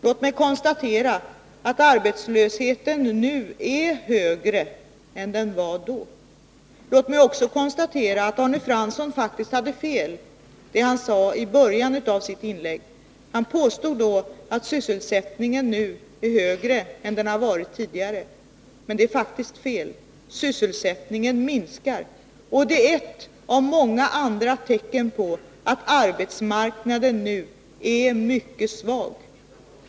Låt mig konstatera att arbetslösheten är högre nu än den var då. Låt mig också konstatera att Arne Fransson hade fel i det han sade i början av sitt inlägg. Han påstod då att sysselsättningen nu är högre än den har varit tidigare, men det är faktiskt fel. Sysselsättningen minskar. Det är ett av många tecken på att arbetsmarknaden nu är mycket svag.